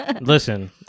Listen